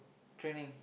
training